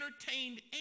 entertained